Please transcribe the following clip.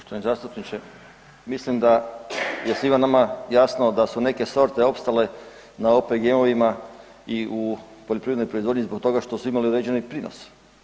Poštovani zastupniče mislim da je svima nama jasno da su neke sorte opstale na OPG-ovima i u poljoprivrednoj proizvodnji zbog toga što su imali uređeni prinos.